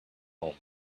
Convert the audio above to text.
home